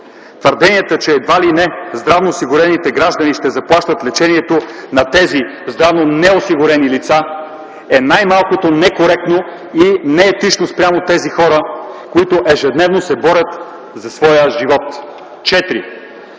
Твърденията, че едва ли не здравноосигурените граждани ще заплащат лечението на тези здравнонеосигурени лица, е най-малкото некоректно и неетично спрямо тези хора, които ежедневно се борят за своя живот. Четвърто,